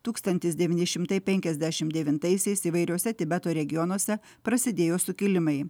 tūkstantis devyni šimtai penkiasdešimt devintaisiais įvairiuose tibeto regionuose prasidėjo sukilimai